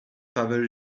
father